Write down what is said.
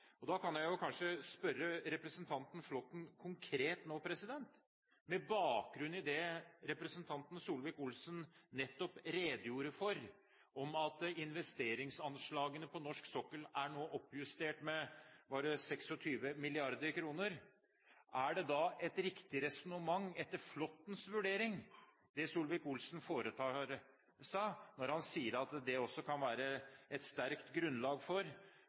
flertall. Da kan jeg kanskje spørre representanten Flåtten konkret nå, med bakgrunn i det representanten Solvik-Olsen nettopp redegjorde for, at investeringsanslagene på norsk sokkel nå er oppjustert med – var det 26 mrd. kr: Er det da et riktig resonnement etter Flåttens vurdering, det Solvik-Olsen foretar når han sier at det også kan være et sterkt grunnlag for